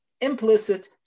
implicit